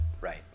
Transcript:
Right